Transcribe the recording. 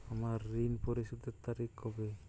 আমার ঋণ পরিশোধের তারিখ কবে?